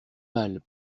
mal